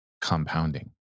compounding